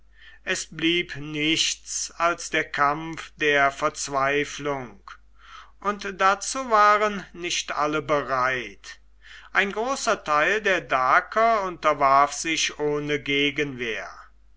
es blieb nichts als der kampf der verzweiflung und dazu waren nicht alle bereit ein großer teil der daker unterwarf sich ohne gegenwehr